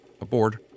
aboard